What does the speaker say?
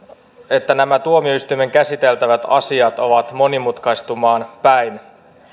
että nämä tuomioistuimen käsiteltävät asiat ovat monimutkaistumaan päin